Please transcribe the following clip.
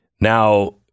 Now